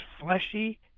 fleshy